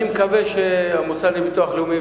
אני מקווה שהמוסד לביטוח לאומי,